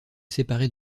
séparer